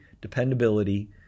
dependability